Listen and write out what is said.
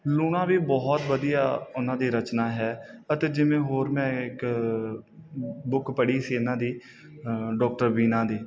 ਲੂਣਾ ਵੀ ਬਹੁਤ ਵਧੀਆ ਉਹਨਾਂ ਦੀ ਰਚਨਾ ਹੈ ਅਤੇ ਜਿਵੇਂ ਹੋਰ ਮੈਂ ਇੱਕ ਬੁੱਕ ਪੜ੍ਹੀ ਸੀ ਇਹਨਾਂ ਦੀ ਡਾਕਟਰ ਬੀਨਾ ਦੀ